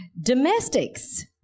Domestics